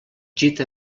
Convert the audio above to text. gita